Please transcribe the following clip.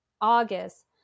August